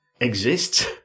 exists